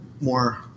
more